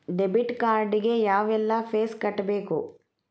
debit card ಗೆ ಯಾವ್ಎಲ್ಲಾ fees ಕಟ್ಬೇಕು